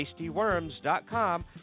tastyworms.com